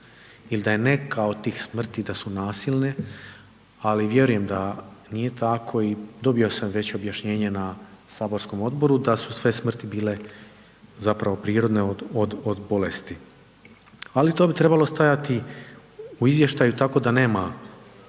ili da je neka od tih smrti nasilna, ali vjerujem da nije tako i dobio sam već objašnjenje na saborskom odboru da su sve smrti bile zapravo prirodne od bolesti. Ali to bi trebalo stajati u izvještaju tako da nema